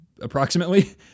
Approximately